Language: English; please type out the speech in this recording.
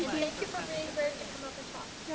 you. thank you for being brave to come up and talk. you're